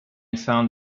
found